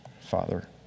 father